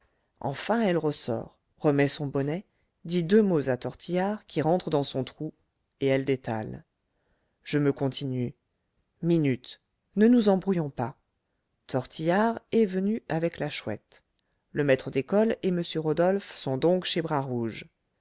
enfin elle ressort remet son bonnet dit deux mots à tortillard qui rentre dans son trou et elle détale je me continue minute ne nous embrouillons pas tortillard est venu avec la chouette le maître d'école et m rodolphe sont donc chez